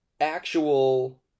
actual